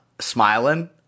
smiling